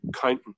counting